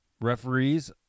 Referees